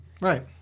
Right